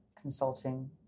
consulting